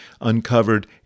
uncovered